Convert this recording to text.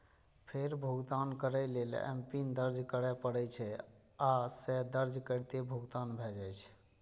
फेर भुगतान करै लेल एमपिन दर्ज करय पड़ै छै, आ से दर्ज करिते भुगतान भए जाइ छै